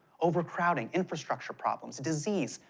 overcrowding, infrastructure problems, disease,